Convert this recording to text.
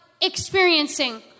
experiencing